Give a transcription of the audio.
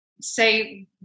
say